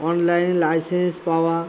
online licence পাওয়া